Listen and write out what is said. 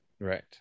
right